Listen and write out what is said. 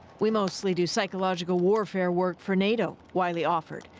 we mostly do psychological warfare work for nato, wiley offered,